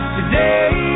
Today